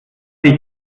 dich